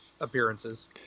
appearances